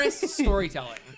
storytelling